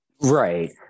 Right